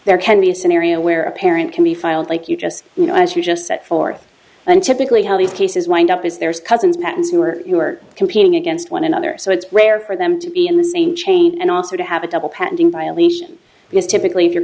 there can be a scenario where a parent can be filed like you just you know as you just set forth untypically how these cases wind up is there's cousins patton's who are who are competing against one another so it's rare for them to be in the same chain and also to have a double patenting violation because typically if you're